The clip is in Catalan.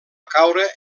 caure